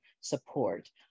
support